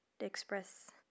express